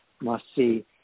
must-see